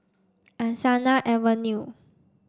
Angsana Avenue